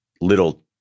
little